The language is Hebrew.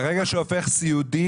ברגע שהוא הופך סיעודי,